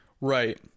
right